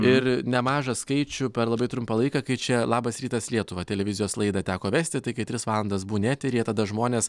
ir nemažą skaičių per labai trumpą laiką kai čia labas rytas lietuva televizijos laidą teko vesti tai kai tris valandas būni eteryje tada žmonės